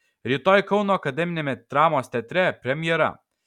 rytoj kauno akademiniame dramos teatre premjera